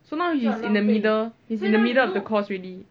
so now he is in the middle is in the middle of the course already